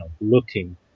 looking